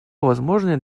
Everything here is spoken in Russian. возможное